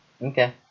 Okay